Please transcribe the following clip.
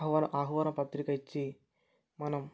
హవాన ఆహ్వాన పత్రిక ఇచ్చి మనం